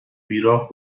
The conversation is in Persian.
بیراه